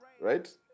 right